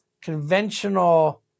conventional